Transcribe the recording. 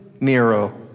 Nero